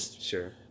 sure